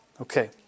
Okay